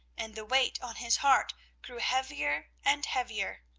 and the weight on his heart grew heavier and heavier.